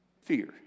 Fear